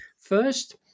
First